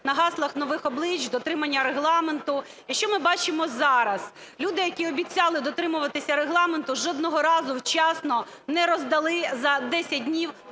на гаслах нових облич, дотримання Регламенту. І що ми бачимо зараз? Люди, які обіцяли дотримуватися Регламенту, жодного разу вчасно не роздали за десять днів